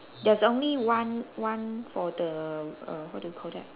there's only one one for the err what do you call that